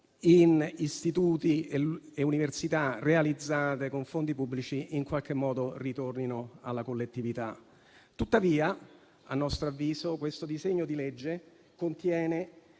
in istituti e università pubblici in qualche modo ritornino alla collettività. Tuttavia, a nostro avviso, questo disegno di legge contiene